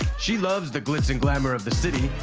she loves the glitz and glamor of the city,